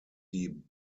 die